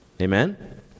Amen